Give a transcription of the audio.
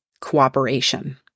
cooperation